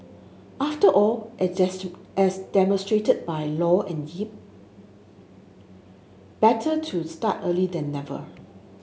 after all as as demonstrated by Low and Yip better to start a then never